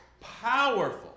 powerful